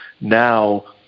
now